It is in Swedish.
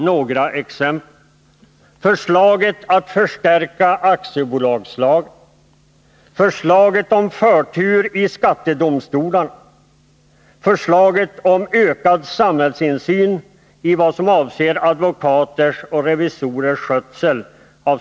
Några exempel: förslaget att förstärka aktiebolagslagen, förslaget om förtur i skattedomstolarna och Jag skulle kunna fortsätta med flera exempel.